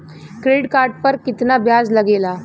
Credit card पर कितना ब्याज लगेला?